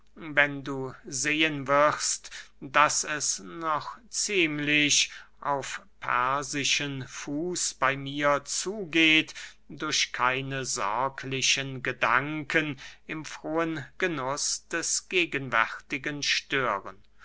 wenn du sehen wirst daß es noch ziemlich auf persischen fuß bey mir zugeht durch keine sorglichen gedanken im frohen genuß des gegenwärtigen stören